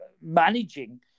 managing